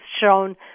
shown